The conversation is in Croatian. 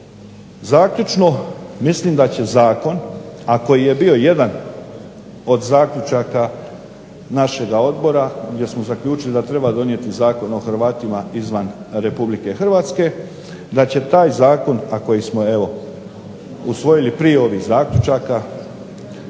Zaključno mislim da će Zakon ako je bio jedan od zaključaka našeg Odbora gdje smo zaključili da treba donijeti Zakon o Hrvatima izvan Republike Hrvatske, da će taj zakon, a koji smo usvojili prije ovih zaključaka,